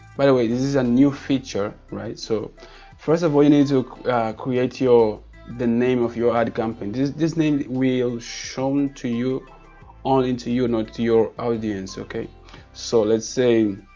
by the way this is a new feature right so first of all you need to create the name of your ad campaign this this name will shown to you all in to you know to your audience okay so let's say